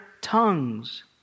tongues